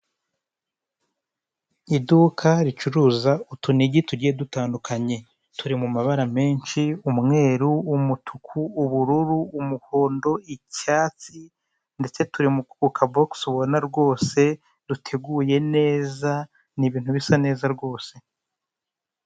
Iduka ricuruza utunigi tugiye dutandukanye, turi mu mabara menshi umweru, umutuku, ubururu, umuhondo, icyatsi ndetse turi mukabogisi ubona rwose duteguye neza nibintu bisa neza rwose.